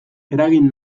eragin